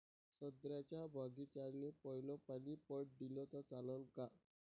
संत्र्याच्या बागीचाले पयलं पानी पट दिलं त चालन का?